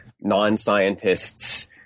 non-scientists